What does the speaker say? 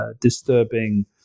disturbing